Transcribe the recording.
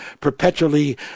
perpetually